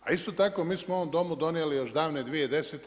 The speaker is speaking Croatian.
A isto tako, mi smo ovom Domu donijeli, još davne 2010.